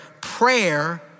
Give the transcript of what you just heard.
prayer